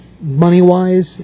Money-wise